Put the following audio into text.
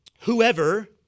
whoever